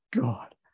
god